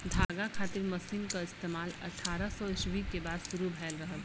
धागा खातिर मशीन क इस्तेमाल अट्ठारह सौ ईस्वी के बाद शुरू भयल रहल